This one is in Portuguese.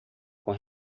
com